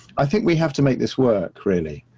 i think we have to make this work really.